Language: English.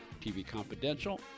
tvconfidential